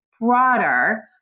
broader